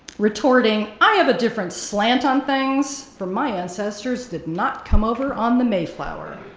retorting, i have a different slant on things, for my ancestors did not come over on the mayflower,